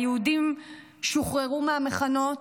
היהודים שוחררו מהמחנות,